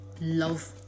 love